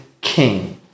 king